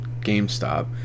GameStop